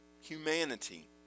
humanity